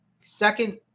Second